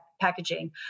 packaging